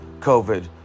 COVID